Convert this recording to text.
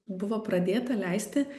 buvo pradėta leisti